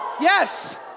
Yes